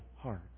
heart